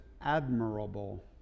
admirable